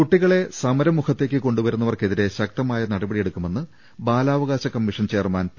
കുട്ടികളെ സമരമുഖത്തേക്ക് കൊണ്ടുവരുന്നവർക്കെതിരെ ശക്ത മായ നടപടിയെടുക്കുമെന്ന് ബാലാവകാശ കമ്മീഷൻ ചെയർമാൻ പി